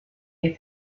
you